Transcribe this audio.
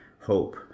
hope